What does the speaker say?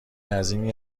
عظیمی